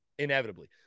Inevitably